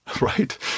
right